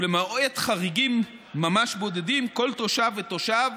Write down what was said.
ולמעט חריגים ממש בודדים, כל תושב ותושב